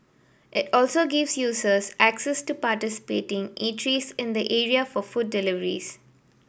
it also gives users access to participating eateries in the area for food deliveries